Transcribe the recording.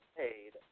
paid